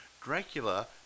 Dracula